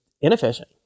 inefficient